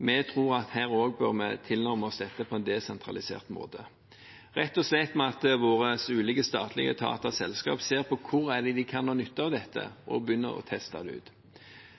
Vi tror at også her bør vi tilnærme oss dette på en desentralisert måte, rett og slett ved at våre ulike statlige etater og selskap ser på hvor en kan ha nytte av dette og begynne å teste det ut.